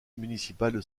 municipal